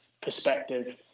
Perspective